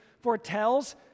foretells